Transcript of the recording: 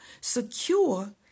secure